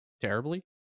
terribly